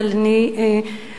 אבל אני מתרגשת,